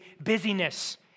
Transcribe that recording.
busyness